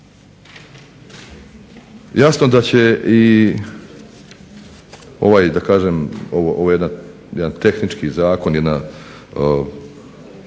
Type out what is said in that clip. Jasno da će i ovaj da kažem ovaj jedan tehnički zakon, nešto